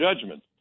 judgment